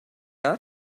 are